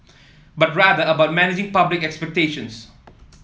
but rather about managing public expectations